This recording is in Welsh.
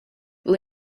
rydw